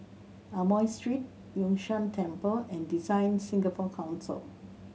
Amoy Street Yun Shan Temple and DesignSingapore Council